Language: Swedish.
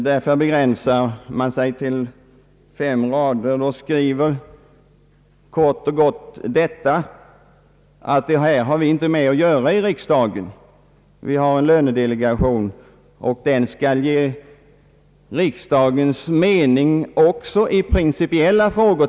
Därför begränsar man sig till fem rader och skriver kort och gott att riksdagen inte har med saken att göra, vi har en lönedelegation, och den skall ge riksdagens me offentliga uppdrag ning till känna också i principiella frågor.